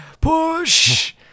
Push